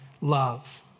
love